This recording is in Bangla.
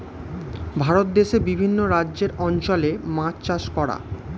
ভারত দেশে বিভিন্ন রাজ্যের অঞ্চলে মাছ চাষ করা